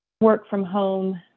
work-from-home